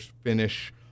finish